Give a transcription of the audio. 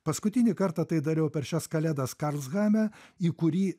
paskutinį kartą tai dariau per šias kalėdas karlshamne į kurį